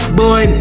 boy